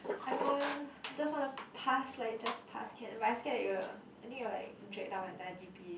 I don't want just want to pass like just passed can but I scared it will I think it will like drag down my entire g_p_a